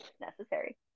necessary